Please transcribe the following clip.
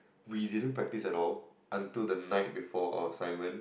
we didn't practice at all until the night before our assignment